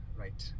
right